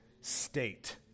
state